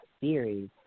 series